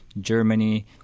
Germany